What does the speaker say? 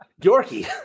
Yorkie